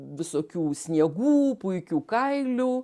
visokių sniegų puikių kailių